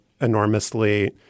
enormously